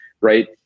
right